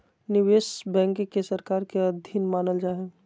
निवेश बैंक के सरकार के अधीन मानल जा हइ